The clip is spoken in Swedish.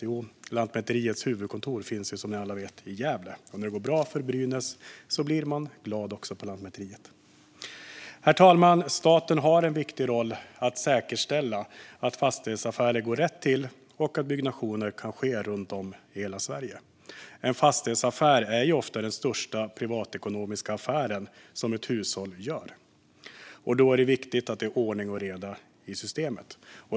Jo, det är att Lantmäteriets huvudkontor finns, som ni alla vet, i Gävle. Och när det går bra för Brynäs blir man glad också på Lantmäteriet. Herr talman! Staten har en viktig roll att säkerställa att fastighetsaffärer går rätt till och att byggnationer kan ske runt om i hela Sverige. En fastighetsaffär är ofta den största privatekonomiska affär som ett hushåll gör. Då är det viktigt att det är ordning och reda i systemet.